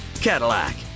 Cadillac